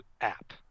app